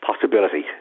possibility